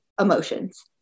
Emotions